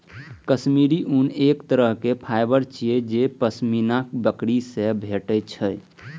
काश्मीरी ऊन एक तरहक फाइबर छियै जे पश्मीना बकरी सं भेटै छै